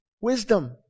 Wisdom